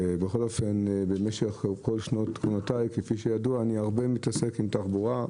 ובמשך כל שנות כהונתי כפי שידוע אני מתעסק הרבה עם תחבורה.